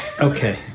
Okay